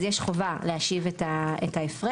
אז יש חובה להשיב את ההפרש,